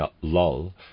Lull